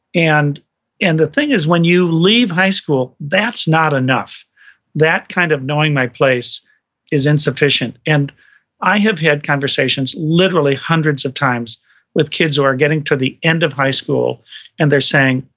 and the thing is when you leave high school, that's not enough that kind of knowing my place is insufficient and i have had conversations literally hundreds of times with kids who are getting to the end of high school and they're saying,